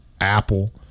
Apple